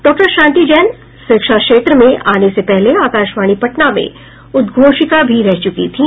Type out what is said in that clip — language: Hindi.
डॉक्टर शांति जैन शिक्षा क्षेत्र में आने से पहले आकाशवाणी पटना में उद्घोषिका भी रह चुकी थीं